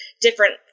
different